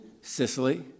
Sicily